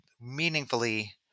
meaningfully